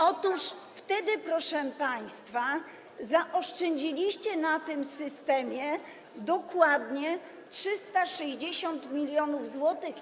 Otóż wtedy, proszę państwa, zaoszczędziliście na tym systemie dokładnie 360 mln zł.